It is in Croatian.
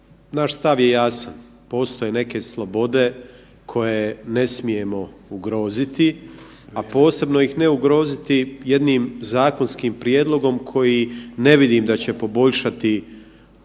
naš stav je jasan. Postoje neke slobode koje ne smijemo ugroziti, a posebno ih ne ugroziti jednim zakonskim prijedlogom koji ne vidim da će poboljšati